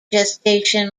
gestation